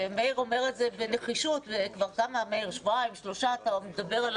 ומאיר כהן אומר את זה בנחישות כבר שבועיים-שלושה ומדבר על